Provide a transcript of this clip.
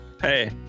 hey